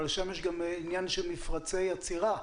אבל שם יש גם עניין של מפרצי עצירה שחסרים.